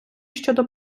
щодо